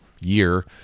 year